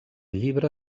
llibre